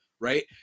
Right